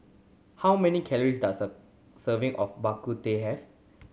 how many calories does a serving of Bak Kut Teh have